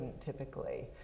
typically